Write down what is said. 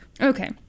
Okay